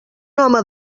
home